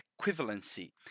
Equivalency